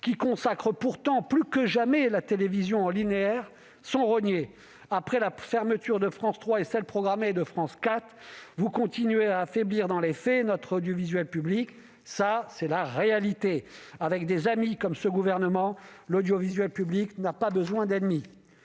qui consacrent pourtant plus que jamais la télévision en linéaire, sont rognées. Après la fermeture de France Ô et celle, programmée, de France 4, vous continuez à affaiblir dans les faits notre audiovisuel public. C'est la réalité ! Avec des amis comme ce gouvernement, l'audiovisuel public n'a pas besoin d'ennemis.